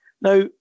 Now